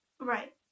Right